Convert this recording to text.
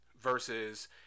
versus